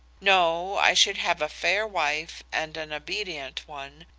no, i should have a fair wife and an obedient one,